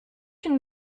une